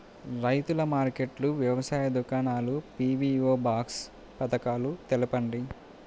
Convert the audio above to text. రైతుల మార్కెట్లు, వ్యవసాయ దుకాణాలు, పీ.వీ.ఓ బాక్స్ పథకాలు తెలుపండి?